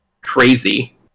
crazy